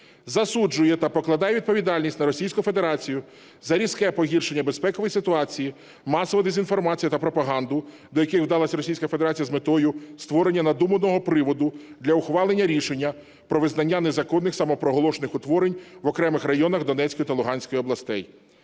Засуджує та покладає відповідальність на Російську Федерацію за різке погіршення безпекової ситуації, масову дезінформацію та пропаганду, до яких вдалася Російська Федерація з метою створення надуманого приводу для ухвалення рішення про визнання незаконних самопроголошених утворень в окремих районах Донецької та Луганської областей.